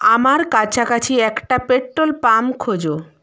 আমার কাছাকাছি একটা পেট্রোল পাম্প খোঁজো